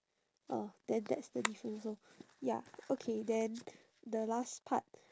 oh then that's the difference lor ya okay then the last part